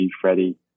Freddie